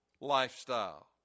lifestyle